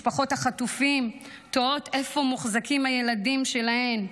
משפחות החטופים תוהות איפה מוחזקים הילדים שלהן,